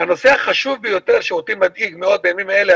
הנושא החשוב ביותר שמדאיג אותי מאוד בימים אלה.